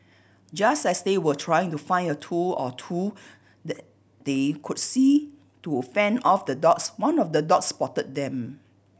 just as they were trying to find a tool or two that they could use to fend off the dogs one of the dogs spotted them